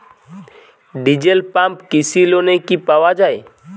Diesel pump কৃষি লোনে কি পাওয়া য়ায়?